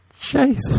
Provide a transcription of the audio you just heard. Jesus